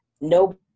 no